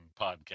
Podcast